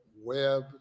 web